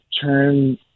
turn